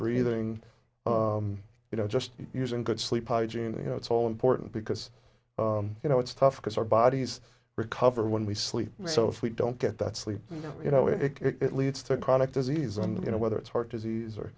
breathing you know just using good sleep hygiene you know it's all important because you know it's tough because our bodies recover when we sleep so if we don't get that sleep you know if it leads to chronic disease and you know whether it's heart disease or